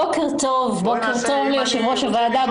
בוקר טוב ליושב-ראש הוועדה,